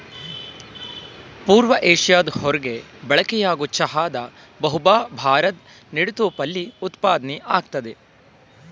ಪೂರ್ವ ಏಷ್ಯಾದ ಹೊರ್ಗೆ ಬಳಕೆಯಾಗೊ ಚಹಾದ ಬಹುಭಾ ಭಾರದ್ ನೆಡುತೋಪಲ್ಲಿ ಉತ್ಪಾದ್ನೆ ಆಗ್ತದೆ